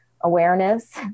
awareness